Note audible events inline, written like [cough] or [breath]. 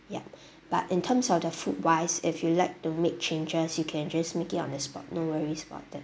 yup [breath] but in terms of the food wise if you like to make changes you can just make it on the spot no worries about that